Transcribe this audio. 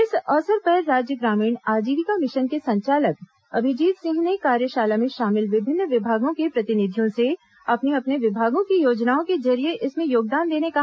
इस अवसर पर राज्य ग्रामीण आजीविका मिशन के संचालक अभिजीत सिंह ने कार्यशाला में शामिल विभिन्न विभागों के प्रतिनिधियों से अपने अपने विभागों की योजनाओं के जरिये इसमें योगदान देने कहा